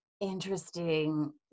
interesting